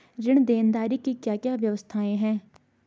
ऋण देनदारी की क्या क्या व्यवस्थाएँ हैं?